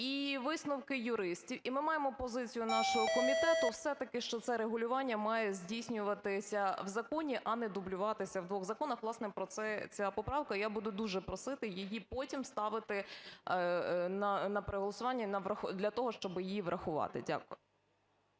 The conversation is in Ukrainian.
і висновки юристів, і ми маємо позицію нашого комітету все-таки, що це регулювання має здійснюватися в законі, а не дублюватися в двох законах. Власне про це ця поправка. І я буду дуже просити її потім ставити на переголосування для того, щоби її врахувати. Дякую.